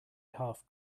half